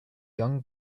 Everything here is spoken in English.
young